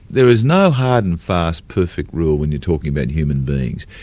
there is no hard and fast perfect rule when you're talking about human beings.